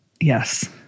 Yes